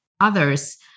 others